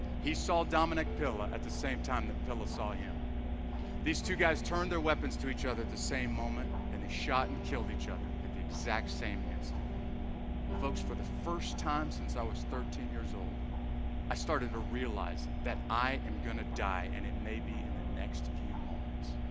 he, saw dominic pilla at the same time that pillow, saw him these two guys turned, their weapons to each other the same moment and he shot and killed each other at the exact, same instant folks for the first time since i was thirteen years old i started to realize that i am gonna die and it may be in the next few moments